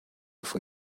for